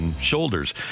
Shoulders